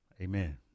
Amen